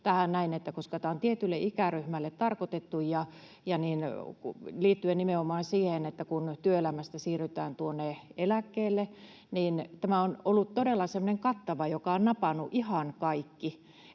koska tämä on tietylle ikäryhmälle tarkoitettu. Ja liittyen nimenomaan siihen, kun työelämästä siirrytään eläkkeelle, niin tämä on ollut todella semmoinen kattava, joka on napannut ihan kaikki,